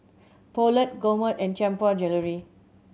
Poulet Gourmet and Tianpo Jewellery